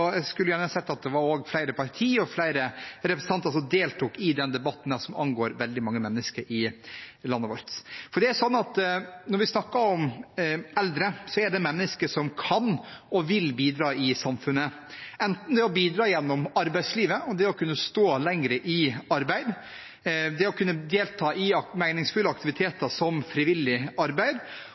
flere representanter som deltok i denne debatten, som angår veldig mange mennesker i landet vårt. Når vi snakker om eldre, er det mennesker som kan og vil bidra i samfunnet, enten ved å bidra gjennom arbeidslivet og ved å kunne stå lenger i arbeid, eller ved å kunne delta i meningsfulle aktiviteter som frivillig arbeid.